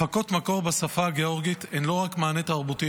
הפקות מקור בשפה הגאורגית הן לא רק מענה תרבותי,